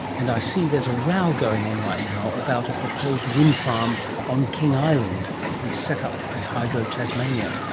and i see there's a row going on right now about a proposed wind farm on king island, to be set up by hydro tasmania,